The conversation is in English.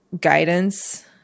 guidance